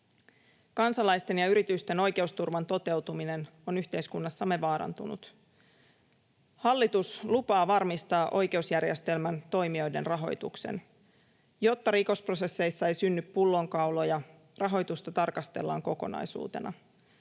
Kansalaisten ja yritysten oikeusturvan toteutuminen on yhteiskunnassamme vaarantunut. Hallitus lupaa varmistaa oikeusjärjestelmän toimijoiden rahoituksen. Jotta rikosprosesseissa ei synny pullonkauloja, rahoitusta tarkastellaan kokonaisuutena.